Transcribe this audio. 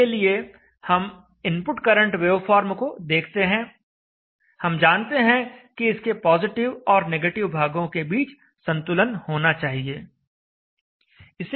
इसके लिए हम इनपुट करंट वेवफॉर्म को देखते हैं हम जानते हैं कि इसके पॉजिटिव और नेगेटिव भागों के बीच संतुलन होना चाहिए